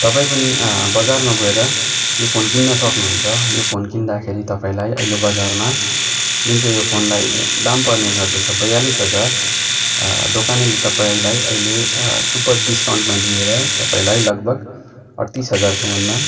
तपाईँ पनि बजारमा गएर यो फोन किन्न सक्नुहुन्छ यो फोन किन्दाखेरि तपाईँलाई अहिले बजारमा जुन चाहिँ यो फोनलाई दाम पर्ने गर्दछ ब्यालिस हजार दोकानेले तपाईँलाई अहिले सुपर डिसकाउन्टमा दिएर तपाईँलाई लगभग अड्तिस हजारसम्ममा